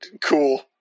cool